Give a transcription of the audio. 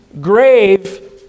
grave